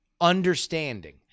understanding